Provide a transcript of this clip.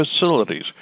facilities